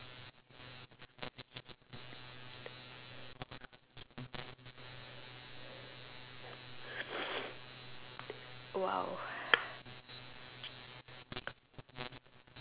!wow!